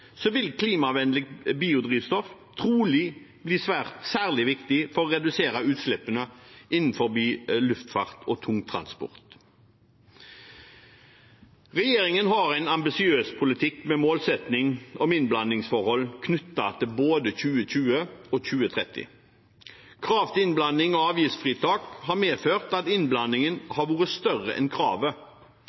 vil klimavennlig biodrivstoff trolig bli særlig viktig for å redusere utslippene innenfor luftfart og tungtransport. Regjeringen har en ambisiøs politikk med målsetting om innblandingsforhold knyttet til både 2020 og 2030. Krav til innblanding og avgiftsfritak har medført at innblandingen har vært større enn kravet,